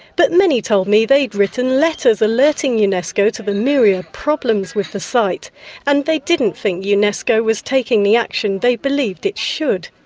but many told me they'd written letters alerting unesco to the myriad problems with the site and they didn't think unesco was taking the action they believed it should.